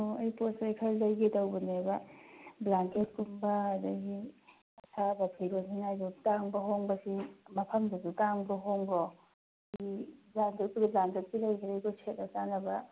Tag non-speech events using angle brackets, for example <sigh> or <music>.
ꯑꯣ ꯑꯩ ꯄꯣꯠ ꯆꯩ ꯈꯔ ꯂꯩꯒꯦ ꯇꯧꯕꯅꯦꯕ ꯕ꯭ꯂꯥꯡꯀꯦꯠ ꯀꯨꯝꯕ ꯑꯗꯒꯤ <unintelligible> ꯇꯥꯡꯕ ꯍꯣꯡꯕꯁꯤ ꯃꯐꯝꯗꯨꯁꯨ ꯇꯥꯡꯕ꯭ꯔꯥ ꯍꯣꯡꯕ꯭ꯔꯣ <unintelligible> ꯌꯥꯟꯗꯕꯁꯨ ꯂꯩ <unintelligible> ꯁꯦꯠꯅ ꯆꯥꯅꯕ